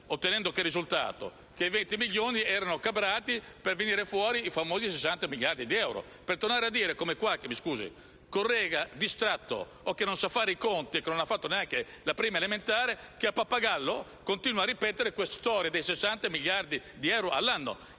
ottenendo il risultato che i 20 milioni erano calibrati per far venire fuori i famosi 60 miliardi di euro. Così come fa qualche collega distratto, che non sa fare i conti e che non ha fatto neanche la prima elementare, il quale a pappagallo continua a ripetere la storia dei 60 miliardi di euro all'anno.